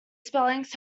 spellings